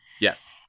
Yes